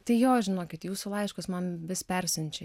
tai jo žinokit jūsų laiškus man vis persiunčia